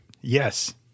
Yes